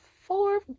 four